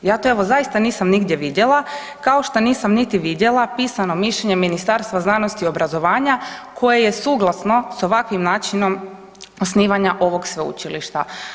Ja to evo zaista nisam nigdje vidjela, kao što nisam niti vidjela pisano mišljenje Ministarstva znanosti o obrazovanja koje je suglasno s ovakvim načinom osnivanja ovog sveučilišta.